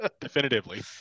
definitively